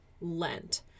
Lent